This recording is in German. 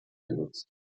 genutzt